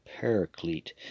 paraclete